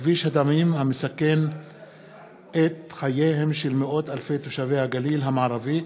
כביש הדמים המסכן את חייהם של מאות אלפי תושבי הגליל המערבי.